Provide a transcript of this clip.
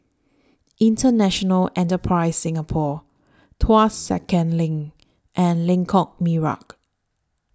International Enterprise Singapore Tuas Second LINK and Lengkok Merak